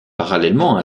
parallèlement